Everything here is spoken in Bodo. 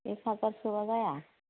एक हाजारसोबा जाया